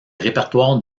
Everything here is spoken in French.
répertoire